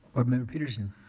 ah member petersen.